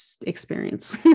experience